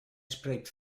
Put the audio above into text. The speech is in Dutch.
spreekt